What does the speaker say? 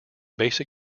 basic